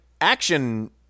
action